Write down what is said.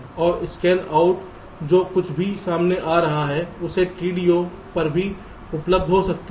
और scan out जो कुछ भी सामने आ रहा है उसे टीडीओ पर भी उपलब्ध हो सकते हैं